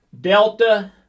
Delta